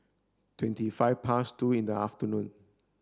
twenty five past two in the afternoon